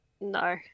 No